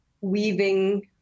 weaving